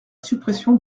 suppression